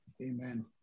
Amen